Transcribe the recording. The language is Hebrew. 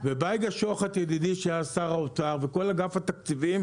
ובייגה שוחט ידידי שהיה שר האוצר וכל אגף התקציבים,